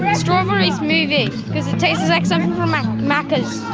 ah strawberry smoothie, because it tastes like something from macca's.